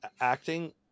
acting